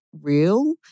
real